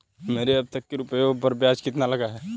मेरे अब तक के रुपयों पर ब्याज कितना लगा है?